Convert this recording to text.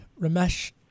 Ramesh